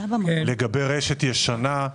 לגבי רשת ישנה,